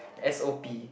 s_o_p